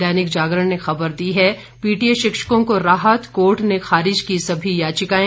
दैनिक जागरण ने खबर दी है पीटीए शिक्षकों को राहत कोर्ट ने खारिज की सभी याचिकाएं